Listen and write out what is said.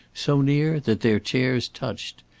so near that their chairs touched.